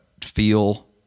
feel